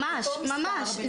ממש, ממש.